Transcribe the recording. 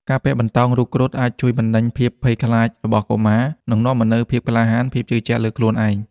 ការពាក់បន្តោងរូបគ្រុឌអាចជួយបណ្ដេញភាពភ័យខ្លាចរបស់កុមារ និងនាំមកនូវភាពក្លាហាន ភាពជឿជាក់លើខ្លួនឯង។